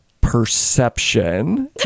perception